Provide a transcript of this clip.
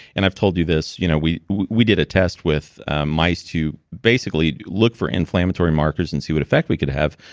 and i told you this, you know we we did a test with mice to basically look for inflammatory markers and see what effect we could have.